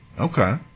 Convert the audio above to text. Okay